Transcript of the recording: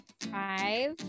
Five